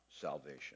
salvation